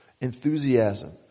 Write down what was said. enthusiasm